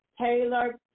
Taylor